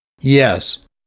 Yes